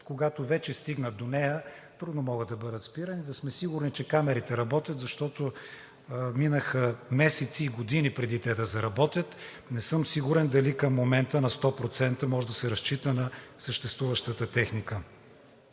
когато вече стигнат до нея, трудно могат да бъдат спирани, да сме сигурни, че камерите работят, защото минаха месеци и години преди те да заработят. Не съм сигурен дали към момента на 100% може да се разчита на съществуващата техника.